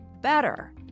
better